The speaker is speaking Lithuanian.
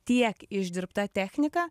tiek išdirbta technika